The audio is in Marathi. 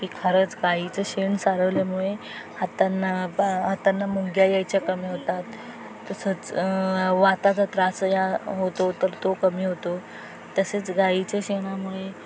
की खरंच गाईचं शेण सारवल्यामुळे हातांना हातांना मुंग्या यायच्या कमी होतात तसंच वाताचा त्रास या होतो तर तो कमी होतो तसेच गाईच्या शेणामुळे